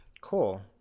cool